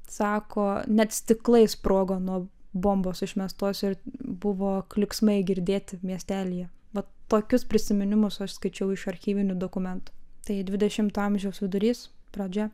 sako net stiklai sprogo nuo bombos išmestos ir buvo klyksmai girdėti miestelyje vat tokius prisiminimus aš skaičiau iš archyvinių dokumentų tai dvidešimto amžiaus vidurys pradžia